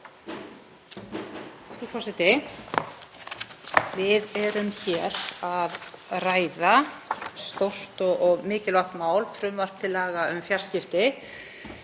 Frú forseti. Við erum hér að ræða stórt og mikilvægt mál, frumvarp til laga um fjarskipti.